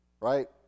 right